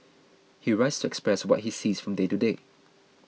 he writes to express what he sees from day to day